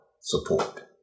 support